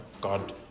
God